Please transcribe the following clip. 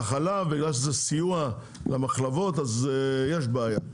והחלב בגלל שזה סיוע למחלבות אז יש בעיה.